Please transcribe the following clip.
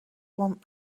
want